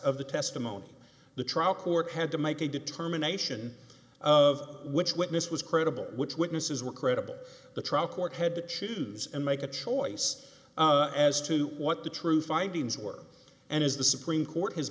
of the testimony the trial court had to make a determination of which witness was credible which witnesses were credible the trial court had to choose and make a choice as to what the true findings were and as the supreme court has